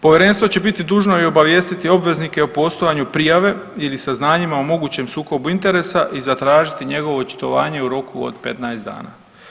Povjerenstvo će biti dužno i obavijestiti obveznike o postojanju prijave ili saznanjima o mogućim sukobu interesa i zatražiti njegovo očitovanje u roku od 15 dana.